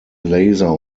laser